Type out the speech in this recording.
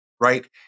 right